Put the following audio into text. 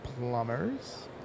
Plumbers